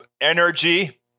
Energy